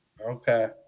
Okay